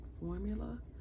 formula